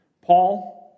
Paul